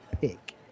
pick